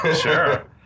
Sure